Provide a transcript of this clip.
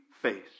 face